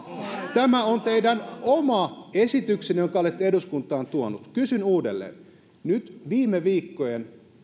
tämä on teidän oma esityksenne jonka olette eduskuntaan tuonut kysyn uudelleen nyt viime viikkojen